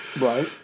Right